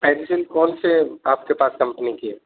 pencil کون سے آپ کے پاس کمپنی کی ہے